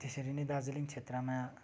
त्यसरी नै दार्जिलिङ क्षेत्रमा